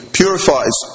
purifies